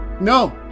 No